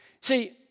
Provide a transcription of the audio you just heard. See